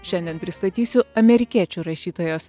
šiandien pristatysiu amerikiečių rašytojos